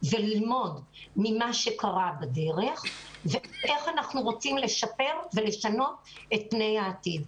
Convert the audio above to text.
וללמוד ממה שקרה בדרך ואיך אנחנו רוצים לשפר ולשנות את פני העתיד.